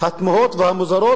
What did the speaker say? התמוהות והמוזרות?